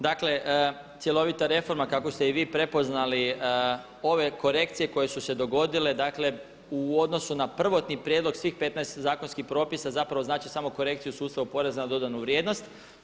Dakle, cjelovita reforma kako ste i vi prepoznali ove korekcije koje su se dogodile dakle u odnosu na prvotni prijedlog svih 15 zakonskih propisa zapravo znači samo korekciju u sustavu poreza na dodanu vrijednost.